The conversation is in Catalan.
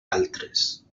altres